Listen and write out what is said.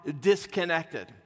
disconnected